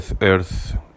earth